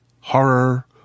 Horror